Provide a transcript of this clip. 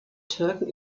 türken